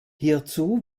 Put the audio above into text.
hierzu